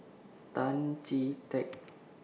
Tan Chee Teck